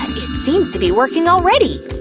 it seems to be working already!